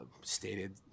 stated